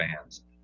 fans